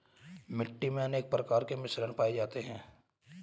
मिट्टी मे अनेक प्रकार के मिश्रण पाये जाते है